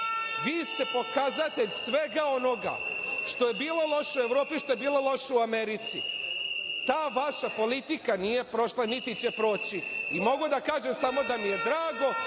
Vi ste pokazatelj svega onoga što je bilo loše u Evropi, što je bilo loše u Americi. Ta vaša politika nije prošla niti će proći i mogu da kažem samo da mi je drago